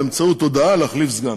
באמצעות הודעה, להחליף סגן.